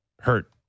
hurt